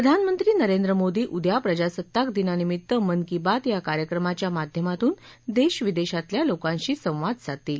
प्रधानमंत्री नरेंद्र मोदी उद्या प्रजासत्ताकदिनानिमित्त मन की बात या कार्यक्रमाच्या माध्यमातून देश विदेशातल्या लोकांशी संवाद साधतील